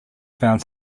found